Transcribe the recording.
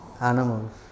animals